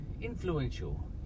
influential